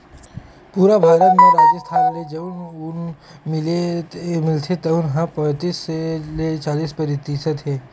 पूरा भारत म राजिस्थान ले जउन ऊन मिलथे तउन ह पैतीस ले चालीस परतिसत हे